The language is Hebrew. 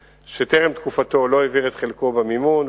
שטרם תקופתו לא העביר את חלקו במימון,